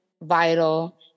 vital